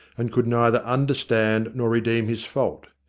and could neither understand nor redeem his fault.